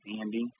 Andy